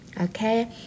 Okay